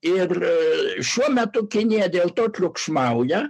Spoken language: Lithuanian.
ir šiuo metu kinija dėl to triukšmauja